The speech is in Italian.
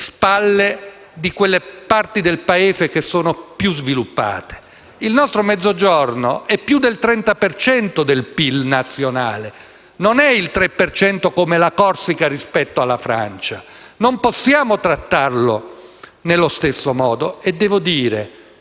spalle di quelle parti del Paese che sono più sviluppate. Il nostro Mezzogiorno produce più del 30 per cento del PIL nazionale, non il 3 per cento come la Corsica rispetto alla Francia: non possiamo trattarlo allo stesso modo. Devo dire che